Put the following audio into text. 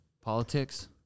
politics